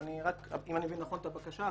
אם אני מבין נכון את הבקשה,